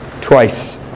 twice